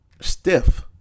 stiff